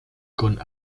con